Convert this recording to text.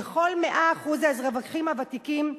לכל 100% האזרחים הוותיקים,